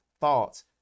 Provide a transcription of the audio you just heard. thoughts